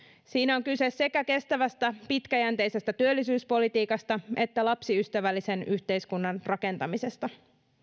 siinä on kyse sekä kestävästä pitkäjänteisestä työllisyyspolitiikasta että lapsiystävällisen yhteiskunnan rakentamisesta